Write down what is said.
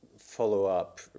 follow-up